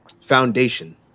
foundation